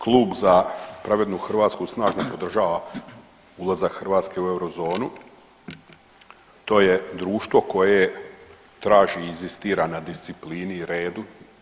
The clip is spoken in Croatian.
Klub Za pravednu Hrvatsku snažno podržava ulazak Hrvatske u eurozonu, to je društvo koje traži i inzistira na disciplini i redu.